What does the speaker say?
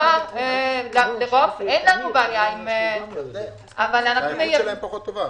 האיכות שלהם באירופה פחות טובה.